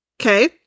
Okay